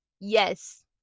yes